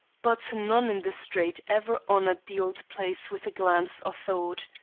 but none in the street ever honored the old place with a glance or thought.